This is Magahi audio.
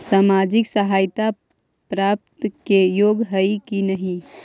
सामाजिक सहायता प्राप्त के योग्य हई कि नहीं?